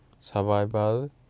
survival